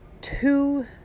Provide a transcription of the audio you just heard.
two